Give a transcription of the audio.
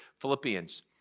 Philippians